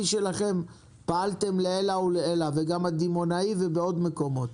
שלכם פעלתם לעילא ועילא וגם בחלק הדימונאי ובעוד מקומות.